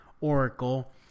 Oracle